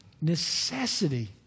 necessity